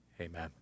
Amen